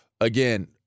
Again